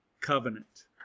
covenant